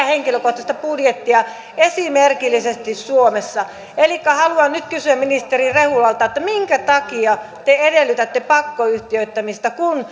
henkilökohtaista budjetointia esimerkillisesti suomessa elikkä haluan nyt kysyä ministeri rehulalta minkä takia te edellytätte pakkoyhtiöittämistä kun